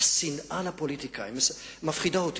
השנאה לפוליטיקאים מפחידה אותי.